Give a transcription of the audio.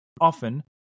often